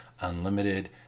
unlimited